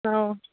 ꯑꯧ